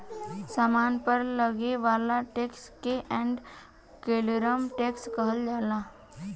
सामान पर लागे वाला टैक्स के एड वैलोरम टैक्स कहल जाला